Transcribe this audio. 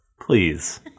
Please